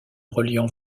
reliant